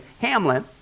Hamlet